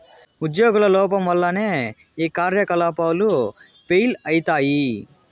ఉజ్యోగుల లోపం వల్లనే ఈ కార్యకలాపాలు ఫెయిల్ అయితయి